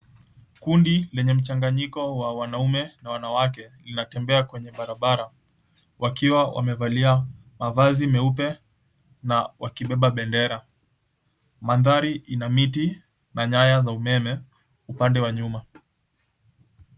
Kundi lenye mchanganyiko ya wanaume na wanawake linatembea kwenye barabara, wakiwa wamevalia mavazi meupe na wakibeba bendera. Mandhari ina miti na nyaya za umeme upande wa nyuma.